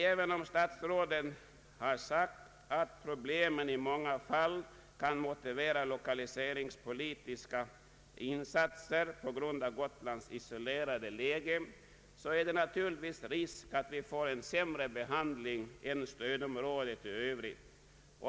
även om statsrådet har sagt att problemen i många fall kan motivera lokaliseringspolitiska insatser på grund av Gotlands isolerade läge, föreligger naturligtvis risk för att vi får en sämre behandling Ang. regionalpolitiken än stödområdet i övrigt.